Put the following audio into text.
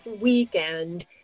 weekend